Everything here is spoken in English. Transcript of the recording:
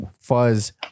fuzz